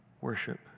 worship